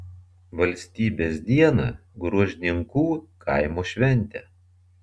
valstybės dieną gruožninkų kaimo šventė